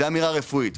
זה אמירה רפואית.